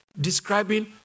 describing